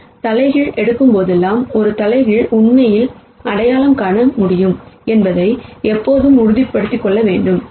நாம் இன்வெர்ஸ் எடுக்கும் போதெல்லாம் ஒரு இன்வெர்ஸ் உண்மையில் அடையாளம் காண முடியும் என்பதை எப்போதும் உறுதிப்படுத்திக் கொள்ள வேண்டும்